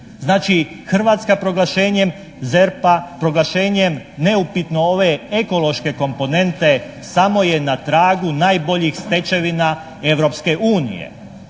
Znači, Hrvatska proglašenjem ZERP-a, proglašenjem neupitno ove ekološke komponente samo je na tragu najboljih stečevina Europske unije.